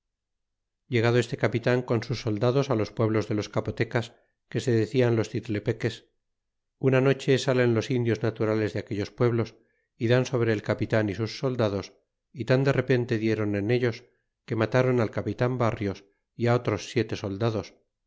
pueblos de los capotecas que se dedal los tiltepeques una noche salen los indios naturales de aquellos pueblos y dan sobre el capitan y sus soldados y tau de repente dieron en ellos que matáron al capitan barrios y otros siete soldados